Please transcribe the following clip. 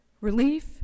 relief